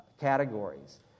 categories